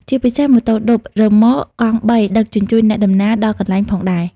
ជាពិសេសម៉ូតូឌុប រ៉ឺម៉កកងបីដឹកជញ្ជូនអ្នកដំណើរដល់កន្លែងផងដែរ ។